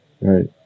Right